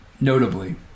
Notably